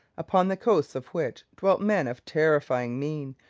upon the coasts of which dwelt men of terrifying mien,